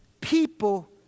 people